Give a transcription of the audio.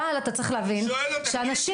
אבל אתה צריך להבין --- אני שואל אותך --- שאנשים